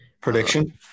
prediction